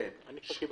כן.